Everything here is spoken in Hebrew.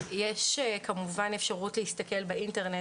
יש כמובן אפשרות להסתכל באינטרנט.